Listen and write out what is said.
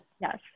Yes